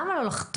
למה לא לחתום?